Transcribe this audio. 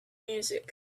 music